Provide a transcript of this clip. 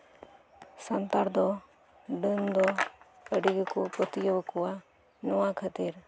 ᱥᱟᱱᱛᱟᱲ ᱫᱚ ᱰᱟᱹᱱ ᱫᱚ ᱟᱹᱰᱤ ᱜᱮᱠᱚ ᱯᱟᱹᱛᱭᱟᱹᱣᱟᱠᱚᱣᱟ ᱱᱚᱣᱟ ᱠᱷᱟᱹᱛᱤᱨ